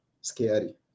scary